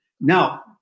Now